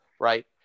right